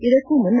ಇದಕ್ಕೂ ಮುನ್ನ